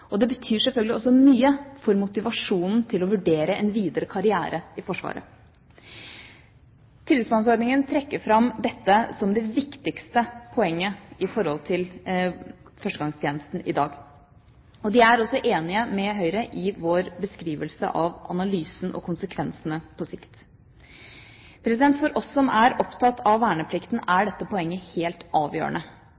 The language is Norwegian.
og ikke relevant nok. Det betyr selvfølgelig også mye for motivasjonen til å vurdere en videre karriere i Forsvaret. Tillitsmannsordningen trekker fram dette som det viktigste poenget når det gjelder førstegangstjenesten i dag. De er også enig med Høyre i vår beskrivelse av analysen og konsekvensene på sikt. For oss som er opptatt av verneplikten, er